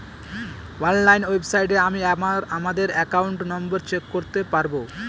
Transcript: online ওয়েবসাইটে আমি আমাদের একাউন্ট নম্বর চেক করতে পারবো